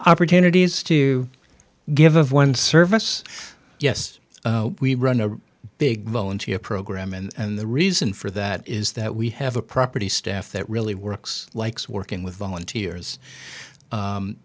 opportunities to give of one service yes we run a big volunteer program and the reason for that is that we have a property staff that really works likes working with volunteers